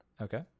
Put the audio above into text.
okay